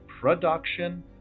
production